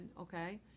Okay